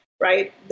right